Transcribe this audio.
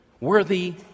Worthy